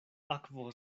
akvo